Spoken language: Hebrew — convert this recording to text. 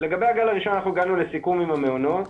הגענו לסיכום עם המעונות